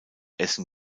essen